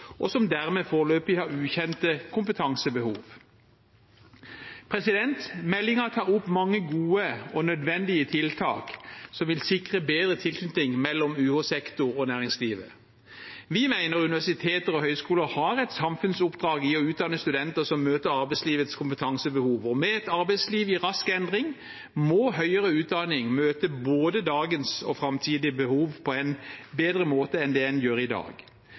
og som dermed foreløpig har ukjente kompetansebehov. Meldingen tar opp mange gode og nødvendige tiltak som vil sikre bedre tilknytning mellom UH-sektoren og næringslivet. Vi mener universiteter og høyskoler har et samfunnsoppdrag i å utdanne studenter som møter arbeidslivets kompetansebehov, og med et arbeidsliv i rask endring må høyere utdanning møte både dagens og framtidige behov på en bedre måte enn en gjør i dag.